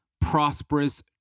prosperous